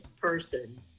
person